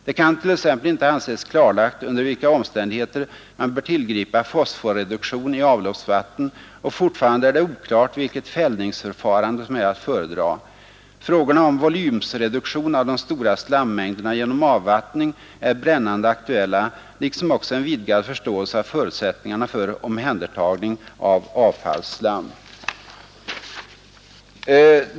Det kan t.ex. inte anses klarlagt under vilka omständigheter man bör tillgripa fosforreduktion i avloppsvatten, och fortfarande är det oklart vilket fällningsförfarande som är att föredra. Frågorna om volymreduktion av de stora slammängderna genom avvattning är brännande aktuella, liksom också en vidgad förståelse för förutsättningarna för omhändertagning av avloppsslam.